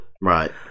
Right